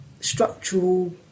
structural